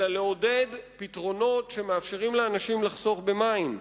אלא לעודד פתרונות שמאפשרים לאנשים לחסוך במים.